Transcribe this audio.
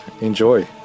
Enjoy